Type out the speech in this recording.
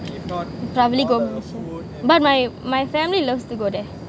you don't properly gomez but my my family loves to go there